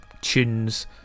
tunes